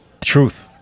Truth